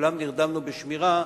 שכולם נרדמנו בשמירה,